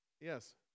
Yes